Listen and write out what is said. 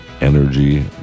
Energy